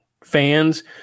fans